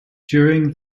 during